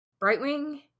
Brightwing